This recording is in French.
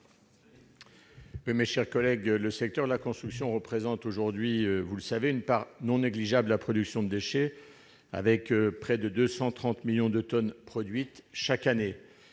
Mes chers collègues, le secteur de la construction représente aujourd'hui une part non négligeable de la production de déchets, avec près de 230 millions de tonnes produites chaque année,